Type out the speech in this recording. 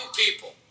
people